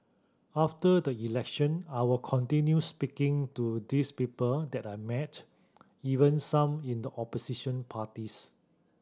after the election I will continue speaking to these people that I met even some in the opposition parties